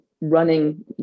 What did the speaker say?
running